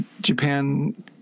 Japan